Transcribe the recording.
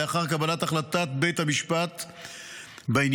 לאחר קבלת החלטת בית המשפט בעניין,